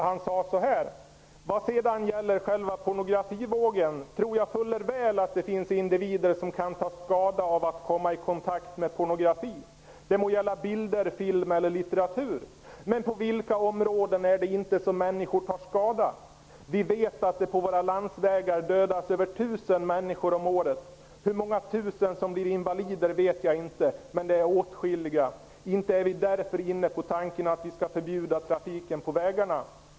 Han sade så här: ''Vad sedan gäller själva pornografivågen tror jag fuller väl att det finns individer som kan ta skada av att komma i kontakt med pornografi, det må gälla bilder, film eller litteratur. Men på vilka områden är det inte som människor tar skada? Vi vet att det på våra landsvägar dödas över 1 000 människor om året. Hur många tusen som blir invalider vet jag inte, men det är åtskilliga. Inte är vi därför inne på tanken att vi skall förbjuda trafiken på vägarna.''